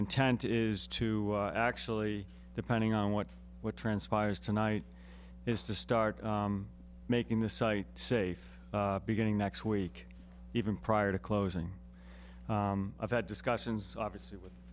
intent is to actually depending on what what transpires tonight is to start making the site safe beginning next week even prior to closing i've had discussions obviously with